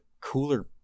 cooler